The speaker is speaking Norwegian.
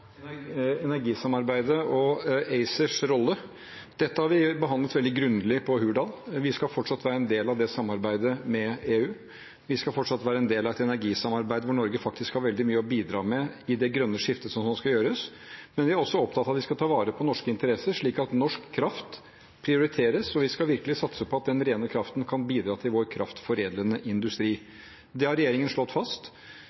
energisamarbeidet og ACERs rolle. Dette har vi behandlet veldig grundig på Hurdal. Vi skal fortsatt være en del av samarbeidet med EU. Vi skal fortsatt være en del av et energisamarbeid hvor Norge faktisk har veldig mye å bidra med i det grønne skiftet som nå skal gjøres. Men vi er også opptatt av at vi skal ta vare på norske interesser, slik at norsk kraft prioriteres, og vi skal virkelig satse på at den rene kraften kan bidra til vår kraftforedlende